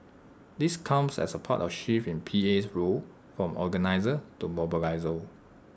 this comes as part of A shift in P A's role from organiser to mobiliser